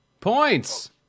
Points